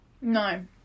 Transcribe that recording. No